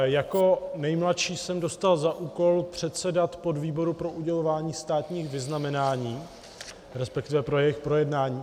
Jako nejmladší jsem dostal za úkol předsedat podvýboru pro udělování státních vyznamenání, respektive pro jejich projednání.